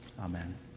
Amen